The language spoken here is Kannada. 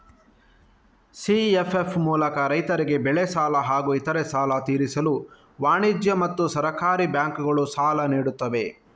ಸಿ.ಎಫ್.ಎಫ್ ಮೂಲಕ ರೈತರಿಗೆ ಬೆಳೆ ಸಾಲ ಹಾಗೂ ಇತರೆ ಸಾಲ ತೀರಿಸಲು ವಾಣಿಜ್ಯ ಮತ್ತು ಸಹಕಾರಿ ಬ್ಯಾಂಕುಗಳು ಸಾಲ ನೀಡುತ್ತವೆ